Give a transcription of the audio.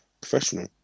professional